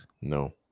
No